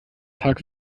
tag